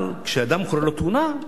אבל כשלאדם קורית תאונה,